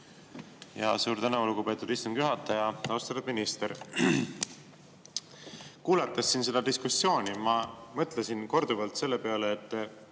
Suur tänu, lugupeetud istungi juhataja! Austatud minister! Kuulates siin seda diskussiooni, ma mõtlesin korduvalt selle peale, et